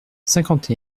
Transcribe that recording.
cinquante